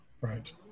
right